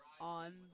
on